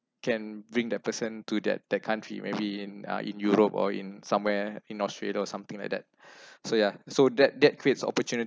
can bring that person to that that country maybe in uh in europe or in somewhere in australia or something like that so yeah so that that creates opportunity